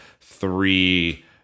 three